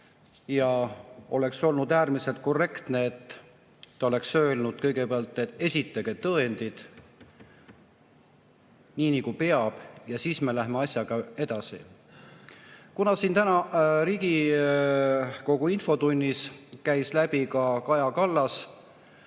Oleks olnud äärmiselt korrektne, et ta oleks öelnud kõigepealt, et esitage tõendid, nii nagu peab, ja siis me läheme asjaga edasi. Täna siin Riigikogu infotunnis käis ka Kaja Kallas